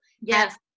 yes